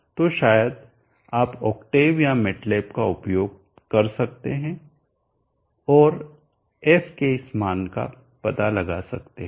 तो शायद आप ऑक्टेव या MATLAB का उपयोग कर सकते हैं और f के इस मान का पता लगा सकते हैं